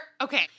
Okay